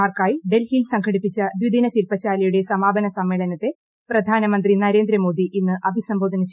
മാർക്കായി ്രഡിൽഹിയിൽ സംഘടിപ്പിച്ച ദ്വിദിന ശില്പശാലയുടെ സ്മാപ്ന സമ്മേളനത്തെ പ്രധാനമന്ത്രി നരേന്ദ്രമോദി ഇന്ന് അഭിസ്ട്രുബോധന ചെയ്യും